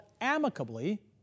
amicably